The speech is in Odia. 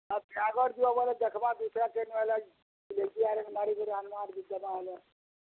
ବିହାଘର୍ ଯିବ ବେଲେ ଦେଖ୍ମା ଦୁସ୍ରା କେନୁ ହେଲେ ଆଇରନ୍ ମାରିକରି ଆନ୍ମା ଦେବା ହେଲେ